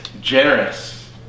generous